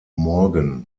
morgan